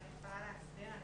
אני יכולה להסביר.